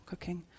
cooking